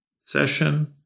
session